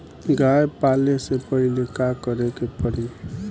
गया पाले से पहिले का करे के पारी?